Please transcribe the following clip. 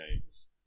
games